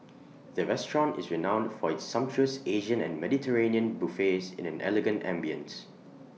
the restaurant is renowned for its sumptuous Asian and Mediterranean buffets in an elegant ambience